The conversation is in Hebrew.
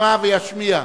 ויישמע וישמיע.